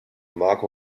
marco